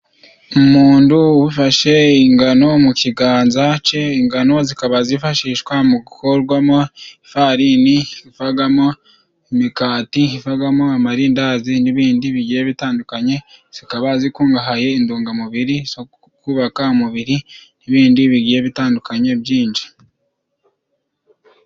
Umuntu ufashe ingano mu kiganza cye. Ingano zikaba zifashishwa mu gukorwamo ifarini ivagamo imikati, ivagamo amandazi n'ibindi bi bitandukanye. Zikaba zikungahaye ku ntungamubiri zo kubaka umubiri n'ibindi bigiye bitandukanye byinshi.